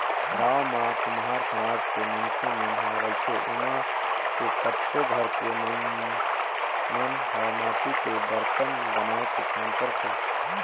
गाँव म कुम्हार समाज के मइनसे मन ह रहिथे ओमा के कतको घर के मइनस मन ह माटी के बरतन बनाए के काम करथे